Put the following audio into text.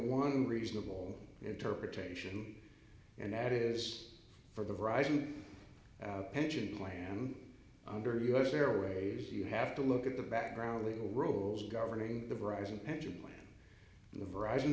one reasonable interpretation and that is for the horizon pension plan under us airways you have to look at the background legal rules governing the rise in pension plan and a variety